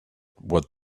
what